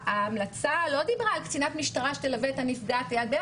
ההמלצה לא דיברה על קצינת משטרה שתלווה את הנפגעת יד ביד,